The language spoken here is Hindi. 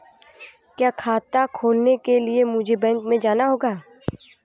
क्या खाता खोलने के लिए मुझे बैंक में जाना होगा?